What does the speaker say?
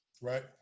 Right